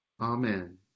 AMEN